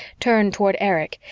turned toward erich,